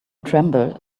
tremble